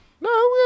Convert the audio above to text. No